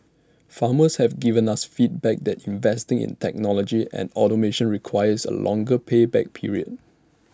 farmers have given us feedback that investing in technology and automation requires A longer pay back period